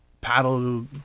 paddle